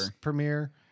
premiere